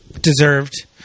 Deserved